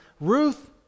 Ruth